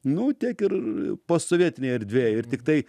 nu tiek ir posovietinėj erdvėj ir tiktai